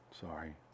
Sorry